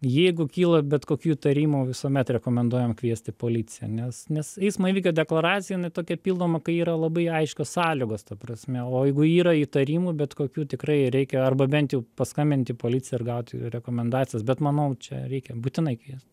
jeigu kyla bet kokių įtarimų visuomet rekomenduojame kviesti policiją nes nes eismo įvykio deklaracija jinai tokia pildoma kai yra labai aiškios sąlygos ta prasme o jeigu yra įtarimų bet kokių tikrai reikia arba bent jau paskambint į policiją ir gauti rekomendacijas bet manau čia reikia būtinai kviest